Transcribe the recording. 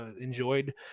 enjoyed